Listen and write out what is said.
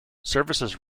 services